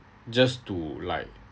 just to like